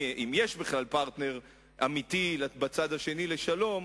אם יש בכלל פרטנר אמיתי בצד השני לשלום,